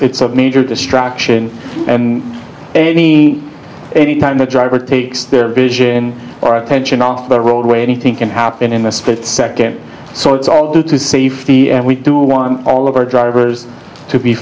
it's a major distraction and he any time a driver takes their vision or attention off the roadway anything can happen in a split second so it's all due to safety and we do want all of our drivers to be